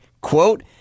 Quote